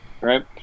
Right